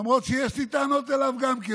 למרות שיש לי טענות אליו גם כן.